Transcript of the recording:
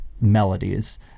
melodies